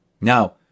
Now